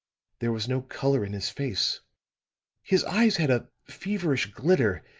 there was no color in his face his eyes had a feverish glitter,